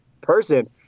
person